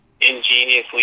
ingeniously